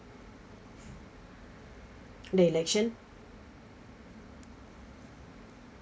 the election